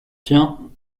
tiens